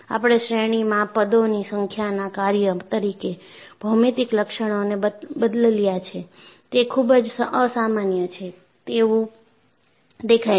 આપણે શ્રેણીમાં પદોની સંખ્યાના કાર્ય તરીકે ભૌમિતિક લક્ષણોને બદલયા છેતે ખૂબ જ અસામાન્ય છે તેવું દેખાય છે